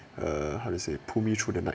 err how to say put me through the night